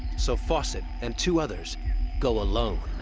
so fawcett and two others go alone.